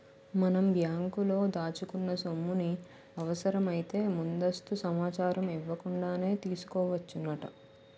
మనం బ్యాంకులో దాచుకున్న సొమ్ముని అవసరమైతే ముందస్తు సమాచారం ఇవ్వకుండానే తీసుకోవచ్చునట